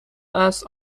است